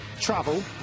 travel